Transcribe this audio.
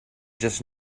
just